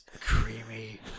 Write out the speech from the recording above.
Creamy